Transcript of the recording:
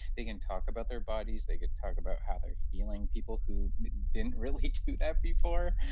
they can talk about their bodies, they could talk about how they're feeling, people who didn't really do that before.